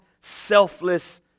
selfless